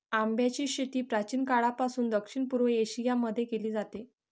आंब्याची शेती प्राचीन काळापासून दक्षिण पूर्व एशिया मध्ये केली जाते